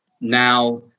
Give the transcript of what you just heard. now